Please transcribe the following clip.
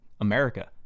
America